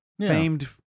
famed